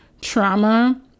trauma